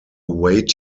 wait